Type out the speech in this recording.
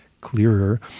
clearer